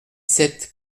sept